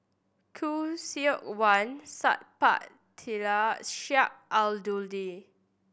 Khoo Seok Wan Sat Pal Khattar Sheik Alau'ddin